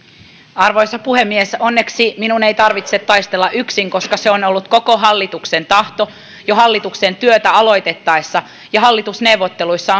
arvoisa puhemies onneksi minun ei tarvitse taistella yksin koska se on ollut koko hallituksen tahto jo hallituksen työtä aloitettaessa ja hallitusneuvotteluissa